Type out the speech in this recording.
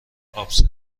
آبسه